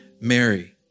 Mary